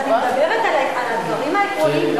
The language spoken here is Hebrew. אני מדברת על הדברים העקרוניים,